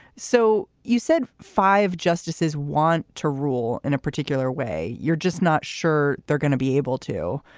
so you said five justices want to rule in a particular way. you're just not sure they're going to be able to.